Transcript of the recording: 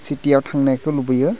सिटिआव थांनायखौ लुबैयो